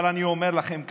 אבל אני אומר לכם כעת: